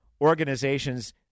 organizations